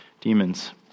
demons